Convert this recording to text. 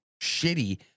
shitty